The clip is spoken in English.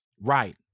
Right